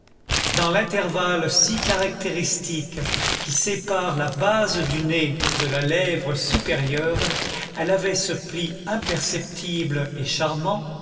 dans l'intervalle si caractéristique qui sépare la base du nez de la lèvre supérieure elle avait ce pli imperceptible et charmant